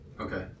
Okay